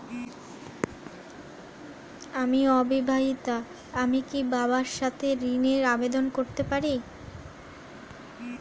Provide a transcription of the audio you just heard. আমি অবিবাহিতা আমি কি বাবার সাথে ঋণের আবেদন করতে পারি?